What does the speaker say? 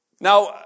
Now